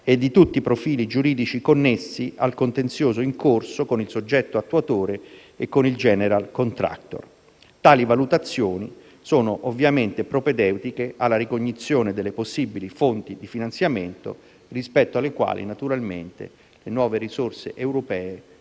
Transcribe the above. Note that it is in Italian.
e di tutti i profili giuridici connessi al contenzioso in corso con il soggetto attuatore e il *general contractor.* Tali valutazioni sono ovviamente propedeutiche alla ricognizione delle possibili fonti di finanziamento, rispetto alle quali, naturalmente, le nuove risorse europee